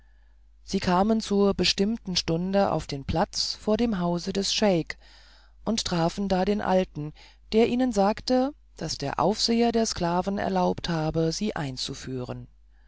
sie kamen zur bestimmten stunde auf den platz vor dem hause des scheik und trafen da den alten der ihnen sagte daß der aufseher der sklaven erlaubt habe sie einzuführen